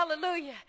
Hallelujah